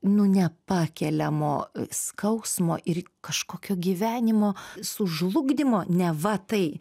nu nepakeliamo skausmo ir kažkokio gyvenimo sužlugdymo neva tai